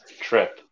trip